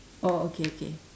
oh okay okay